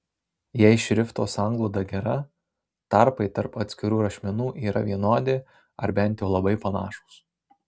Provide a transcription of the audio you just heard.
jei šrifto sanglauda gera tarpai tarp atskirų rašmenų yra vienodi ar bent jau labai panašūs